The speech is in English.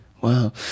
Wow